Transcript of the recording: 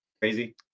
crazy